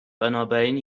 بنابراین